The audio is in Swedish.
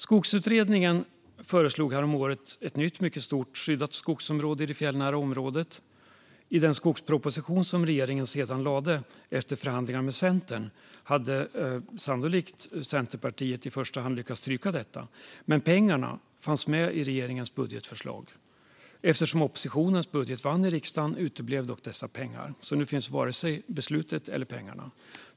Skogsutredningen föreslog häromåret ett nytt mycket stort skyddat skogsområde i det fjällnära området. I den skogsproposition som regeringen sedan lade fram efter förhandlingar med Centerpartiet hade Centerpartiet sannolikt lyckats stryka detta. Men pengarna fanns med i regeringens budgetförslag. Eftersom oppositionens budget beslutades av riksdagen uteblev dock dessa pengar. Nu finns alltså varken beslutet eller pengarna.